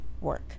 work